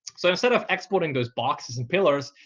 so instead of exporting those boxes and pillars,